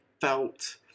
felt